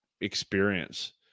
experience